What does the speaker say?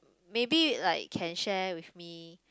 maybe like can share with me